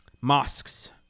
mosques